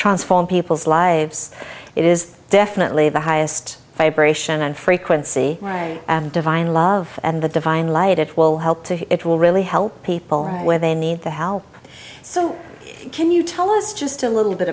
transform people's lives it is definitely the highest vibration and frequency of divine love and the divine light it will help to it will really help people when they need the help so can you tell us just a little bit